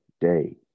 day